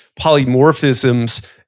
polymorphisms